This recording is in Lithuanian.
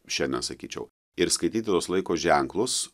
šiandien sakyčiau ir skaityti tuos laiko ženklus